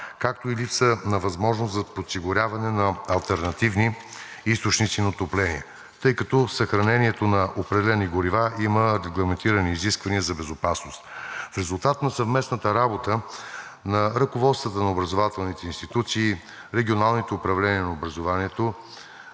както и липса на възможност за подсигуряване на алтернативни източници на отопление, тъй като съхранението на определени горива има регламентирани изисквания за безопасност. В резултат на съвместната работа на ръководствата на образователните институции, регионалните управления на образованието